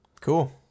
Cool